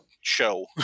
show